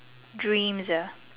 dreams uh